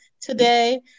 today